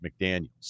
McDaniels